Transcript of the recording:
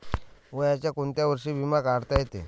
वयाच्या कोंत्या वर्षी बिमा काढता येते?